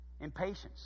Impatience